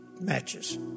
matches